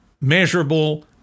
measurable